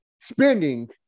spending